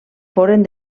foren